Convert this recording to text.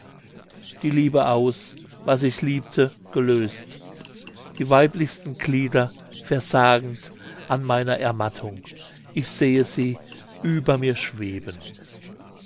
die liebe aus was ich liebte gelöst die weiblichsten glieder versagend an meiner ermattung ich sehe sie über mir schweben